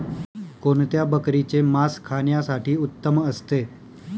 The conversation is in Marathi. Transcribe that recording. कोणत्या बकरीचे मास खाण्यासाठी उत्तम असते?